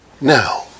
Now